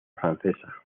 francesa